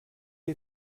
les